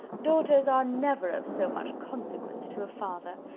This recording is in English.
daughters are never of so much consequence to a father.